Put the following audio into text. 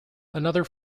another